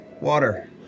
water